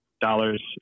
dollars